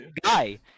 guy